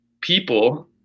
people